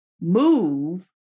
move